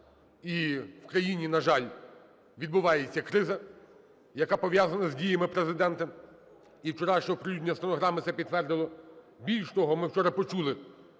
і в країні, на жаль, відбувається криза, яка пов'язана з діями Президента, і вчорашнє оприлюднення стенограми це підтвердило. Більш того, ми вчора почули,